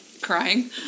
Crying